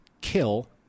kill